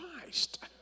Christ